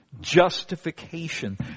Justification